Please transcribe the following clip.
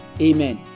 Amen